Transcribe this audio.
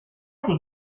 think